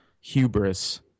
hubris